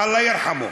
אללה ירחמו,